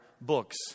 books